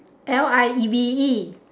L I E V E